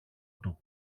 του